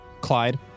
Clyde